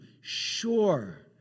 sure